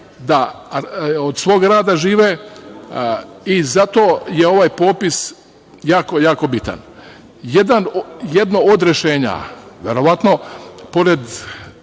da od svog rada žive i zato je ovaj popis jako bitan. Jedno od rešenje, u mojoj